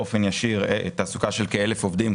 באופן ישיר תעסוקה של כאלף עובדים,